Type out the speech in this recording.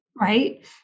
right